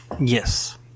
Yes